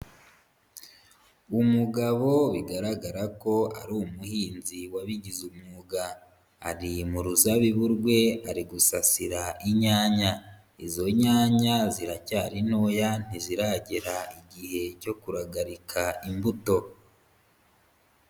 Umugabo bigaragara ko ari umuhinzi wabigize umwuga ari mu ruzabibu rwe ari gusasira inyanya, izo nyanya ziracyari ntoya ntiziragera igihe cyo kuragarika imbuto.